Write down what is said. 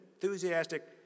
enthusiastic